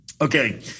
Okay